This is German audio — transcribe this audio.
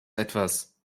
etwas